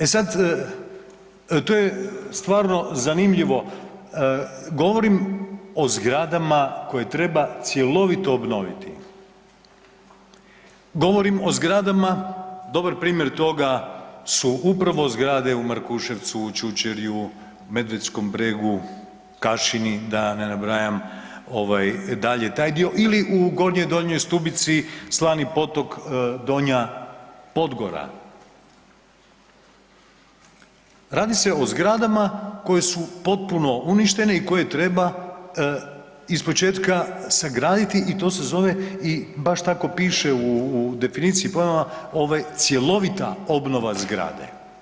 E sad, to je stvarno zanimljivo, govorim o zgradama koje treba cjelovito obnoviti, govorim o zgradama, dobar primjer toga su upravo zgrade u Markuševcu, u Čučerju, Medvedskom bregu, Kašini, da ne nabrajam, ovaj, dalje taj dio, ili u Gornjoj, Donjoj Stubici, Slani potok, Donja Podgora, radi se o zgradama koje su potpuno uništene i koje treba ispočetka sagraditi i to se zove i baš tako piše u definiciji pojmova, ovaj, cjelovita obnova zgrade.